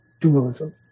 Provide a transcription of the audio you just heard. dualism